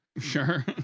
Sure